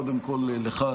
קודם כול לך,